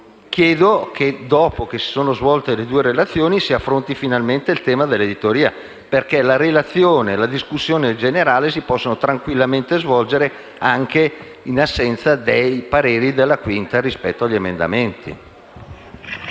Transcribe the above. chiedo che dopo aver svolto le due relazioni si affronti finalmente il tema dell'editoria, perché la relazione e la discussione generale si possono tranquillamente svolgere anche in assenza dei pareri della 5a sugli emendamenti.